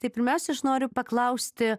tai pirmiausiai aš noriu paklausti